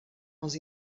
als